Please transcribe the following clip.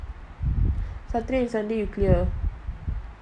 saturday and sunday you clear